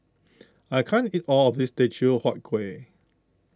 I can't eat all of this Teochew Huat Kuih